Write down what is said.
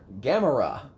Gamera